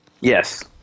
Yes